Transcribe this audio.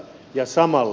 ja samalla